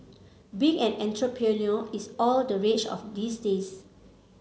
being an entrepreneur is all the rage of these days